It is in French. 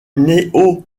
néo